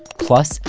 plus,